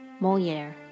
Molière